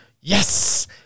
Yes